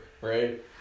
Right